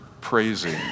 praising